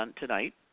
tonight